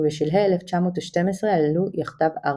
ובשלהי 1912 עלו יחדיו ארצה.